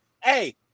hey